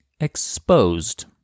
exposed